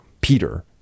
Peter